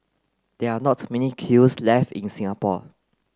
there are not many kilns left in Singapore